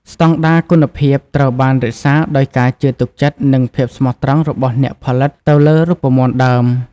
ស្តង់ដារគុណភាព ត្រូវបានរក្សាដោយការជឿទុកចិត្ត និងភាពស្មោះត្រង់របស់អ្នកផលិតទៅលើរូបមន្តដើម។